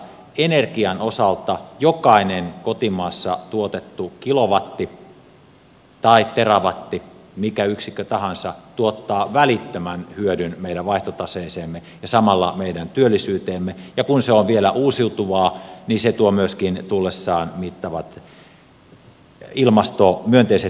energian osalta jokainen kotimaassa tuotettu kilowatti tai terawatti mikä yksikkö tahansa tuottaa välittömän hyödyn meidän vaihtotaseeseemme ja samalla meidän työllisyyteemme ja kun se on vielä uusiutuvaa niin se tuo myöskin tullessaan mittavat myönteiset ilmastovaikutukset